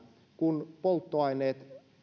kun polttoaineet